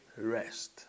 rest